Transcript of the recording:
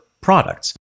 products